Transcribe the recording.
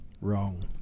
Wrong